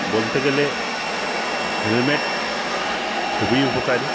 বলতে গেলে হেলমেট খুবই উপকারী